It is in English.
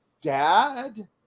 Dad